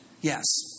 Yes